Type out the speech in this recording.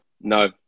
No